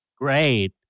Great